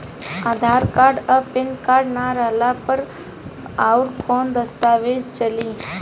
आधार card आ PAN card ना रहला पर अउरकवन दस्तावेज चली?